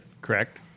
Correct